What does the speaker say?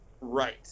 Right